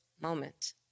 moment